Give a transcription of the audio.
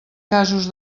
casos